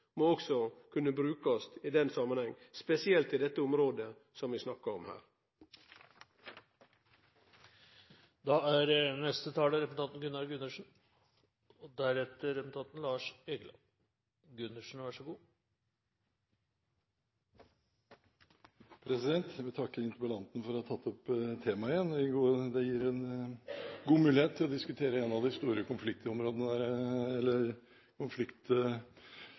må også kunne brukast i den samanhengen, spesielt i det området som vi snakkar om her. Jeg vil takke interpellanten for å ha tatt opp temaet igjen. Det gir en god mulighet til å diskutere en av de store konfliktssakene der